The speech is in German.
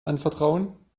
anvertrauen